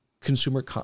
consumer